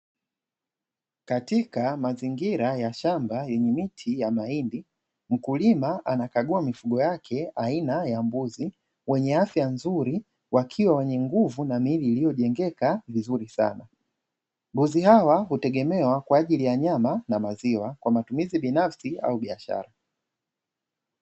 Katika mazingira ya shamba yenye miti ya mahindi mkulima anakagua mifugo yake aina ya mbuzi wenye afya nzuri wakiwa wenye nguvu na miili iliyojengeka vizuri sana. Mbuzi hawa hutegemewa kwa ajili ya nyama na maziwa kwa matumizi binafsi au biashara.